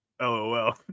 LOL